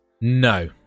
No